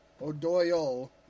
O'Doyle